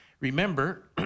Remember